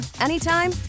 anytime